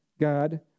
God